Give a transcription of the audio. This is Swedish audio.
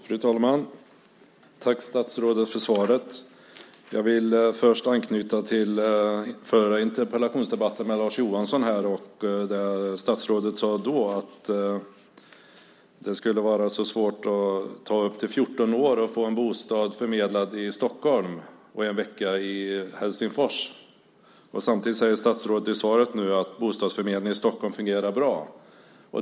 Fru talman! Tack för svaret, statsrådet! Jag vill först anknyta till den förra interpellationsdebatten med Lars Johansson där statsrådet sade att det skulle ta upp till 14 år att få en bostad förmedlad i Stockholm och en vecka i Helsingfors. Samtidigt säger statsrådet i svaret nu att bostadsförmedlingen i Stockholm fungerar bra.